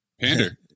Pander